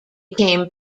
became